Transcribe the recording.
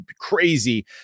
crazy